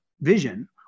vision